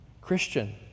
Christian